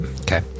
Okay